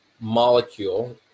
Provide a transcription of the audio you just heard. molecule